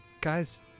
guys